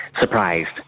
surprised